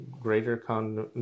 greater